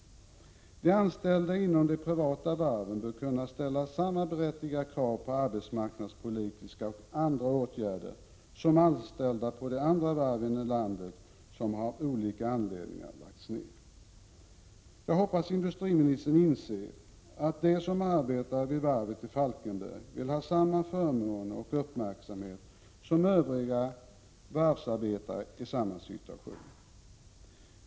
De anställda inom de privata varven bör kunna ställa samma berättigade krav på arbetsmarknadspolitiska och andra åtgärder som anställda vid de andra varv i landet som av olika anledningar har lagts ner. Jag hoppas att industriministern inser att de som arbetar vid varvet i Falkenberg vill ha samma förmåner och uppmärksamhet som övriga varvsarbetare i samma situation.